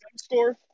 score